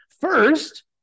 First